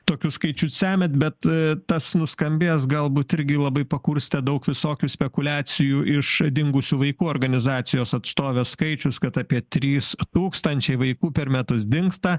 tokius skaičius semiat bet tas nuskambėjęs galbūt irgi labai pakurstė daug visokių spekuliacijų iš dingusių vaikų organizacijos atstovės skaičius kad apie tris tūkstančiai vaikų per metus dingsta